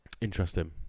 interesting